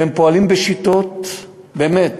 והם פועלים בשיטות באמת